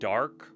Dark